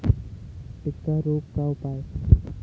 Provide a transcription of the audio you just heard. टिक्का रोग का उपाय?